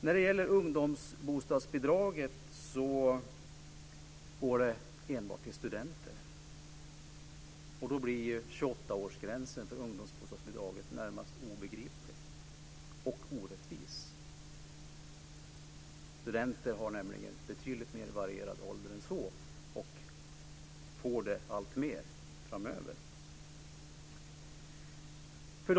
När det gäller ungdomsbostadsbidraget så går det enbart till studenter, och då blir ju 28-årsgränsen för ungdomsbostadsbidraget närmast obegriplig och orättvis. Studenter har nämligen betydligt mera varierad ålder än så, och får det alltmer framöver.